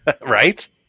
Right